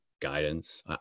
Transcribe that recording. guidance